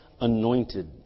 anointed